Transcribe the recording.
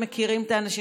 שמכירים את האנשים,